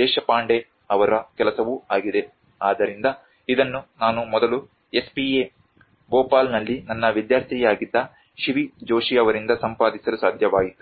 ದೇಶಪಾಂಡೆ ಅವರ ಕೆಲಸವೂ ಆಗಿದೆ ಆದ್ದರಿಂದ ಇದನ್ನು ನಾನು ಮೊದಲು SPA ಭೋಪಾಲ್ನಲ್ಲಿ ನನ್ನ ವಿದ್ಯಾರ್ಥಿಯಾಗಿದ್ದ ಶಿವಿ ಜೋಶಿಯವರಿಂದ ಸಂಪಾದಿಸಲು ಸಾಧ್ಯವಾಯಿತು